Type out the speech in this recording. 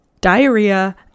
Diarrhea